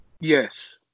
Yes